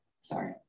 Sorry